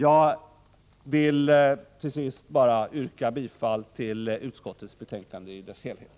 Jag vill till sist bara yrka bifall till utskottets hemställan i dess helhet.